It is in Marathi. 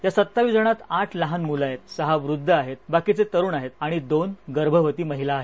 या सत्तावीस जणात आठ लहान मुलं आहेत सहा वृद्ध आहेत बाकीचे तरुण आहेत आणि दोन गर्भवती महिला आहेत